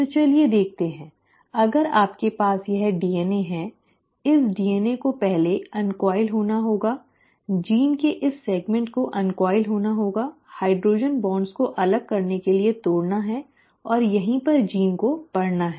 तो चलिए देखते हैं अगर आपके पास यह डीएनए है ओके इस डीएनए को पहले अन्कॉइल होना होगा जीन के इस सेगमेंट को अन्कॉइल होना होगा हाइड्रोजन बॉन्ड को अलग करने के लिए तोड़ना है और यहीं पर जीन को पढ़ना है